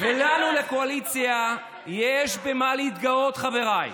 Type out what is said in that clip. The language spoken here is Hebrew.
ולנו, לקואליציה, יש במה להתגאות, חבריי.